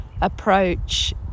approach